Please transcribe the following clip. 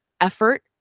effort